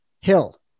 hill